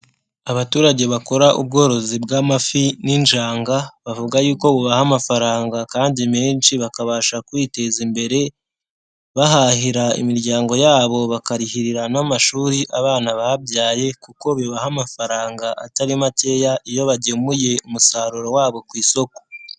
Abaturage bakora ubworozi bw'amafi n'injanga, bavuga yuko ubaha amafaranga kandi menshi, bakabasha kwiteza imbere, bahahira imiryango yabo bakarihirira n'amashuri abana babyaye kuko bibaha amafaranga atari makeya iyo bagemuye umusaruro wabo ku isoko.